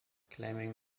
claiming